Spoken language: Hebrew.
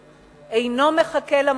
אינו מחכה למשיח,